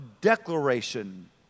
declaration